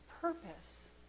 purpose